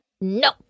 no